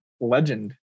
legend